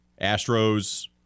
Astros